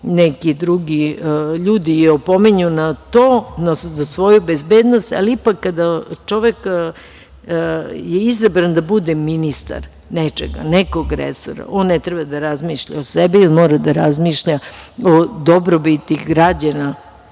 neki drugi ljudi opominju na to, odnosno za svoju bezbednost, ali ipak, kada je čovek izabran da bude ministar nečega, nekog resora, on ne treba da razmišlja o sebi, mora da razmišlja o dobrobiti građana